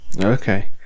Okay